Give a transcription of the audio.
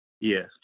Yes